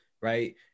right